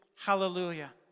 Hallelujah